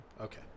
Okay